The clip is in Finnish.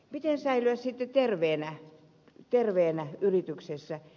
miten säilyä sitten terveenä yrityksessä